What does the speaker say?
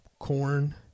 Corn